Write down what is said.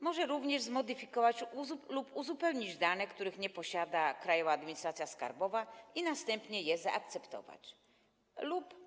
Może również zmodyfikować lub uzupełnić dane, których nie posiada Krajowa Administracja Skarbowa, i następnie zaakceptować zeznanie.